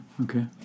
Okay